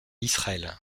israël